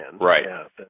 Right